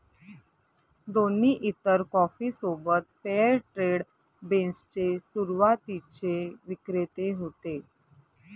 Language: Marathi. दोन्ही इतर कॉफी सोबत फेअर ट्रेड बीन्स चे सुरुवातीचे विक्रेते होते